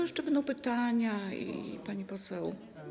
Jeszcze będą pytania, pani poseł.